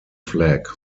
flag